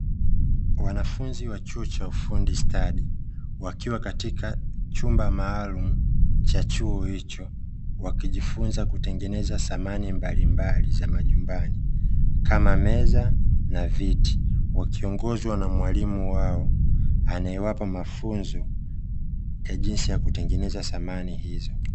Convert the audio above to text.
Wanafunzi wa chuo cha ufundi stadi, wakiwa katika chumba maalumu cha chuo hicho, wakijifunza kutengeneza samani mbalimbali za majumbani kama; meza na viti wakiongozwa na mwalimu wao anayewapa mafunzo ya jinsi ya kutengeneza samani hizo.